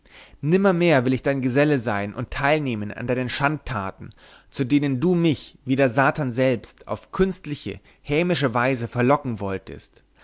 nimmermehr will ich dein geselle sein und teilnehmen an deinen schandtaten zu denen du mich wie der satan selbst auf künstliche hämische weise verlocken wolltest